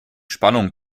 spannung